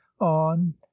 on